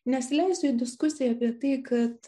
nesileisiu į diskusiją apie tai kad